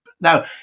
Now